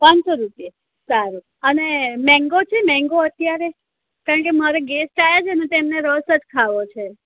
પાનસો રૂપીએ સારું અને મેંગો છે મેંગો અત્યારે કારણકે મારે ગેસ્ટ આયા છે ને તેમને રસ જ ખાવો છે